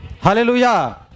Hallelujah